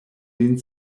lin